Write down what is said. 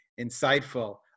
insightful